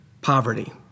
poverty